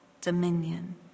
dominion